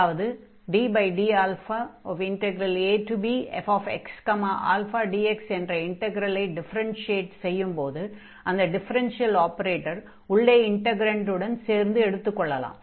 அதாவது ddαabfxαdx என்ற இன்ட்க்ரலை டிஃபரென்ஷியேட் செய்யும்போது அந்த டிஃபெரென்ஷியல் ஆபரேட்டரை உள்ளே இன்டக்ரன்டுடன் சேர்த்து எடுத்துக் கொள்ளலாம்